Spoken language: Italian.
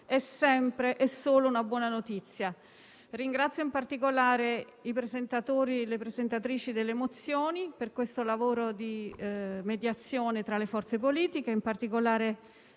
è sempre e solo una buona notizia. Ringrazio in particolare i presentatori e le presentatrici delle mozioni per il lavoro di mediazione tra le forze politiche, in particolare